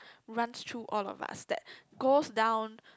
runs through all of us that goes down